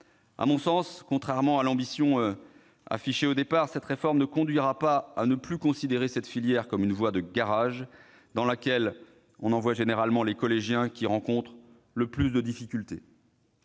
À mon sens, contrairement à l'ambition affichée au départ, cette réforme ne conduira pas à ne plus considérer cette filière comme une voie « de garage », dans laquelle on envoie les collégiens qui rencontrent le plus de difficultés.